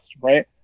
right